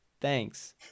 Thanks